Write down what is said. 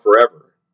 forever